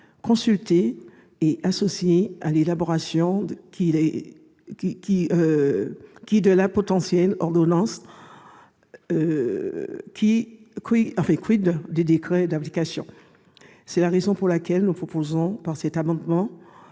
consultés et associés à l'élaboration de la future ordonnance et des décrets d'application. C'est la raison pour laquelle nous proposons, par cet amendement,